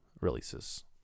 releases